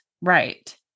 right